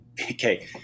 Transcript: Okay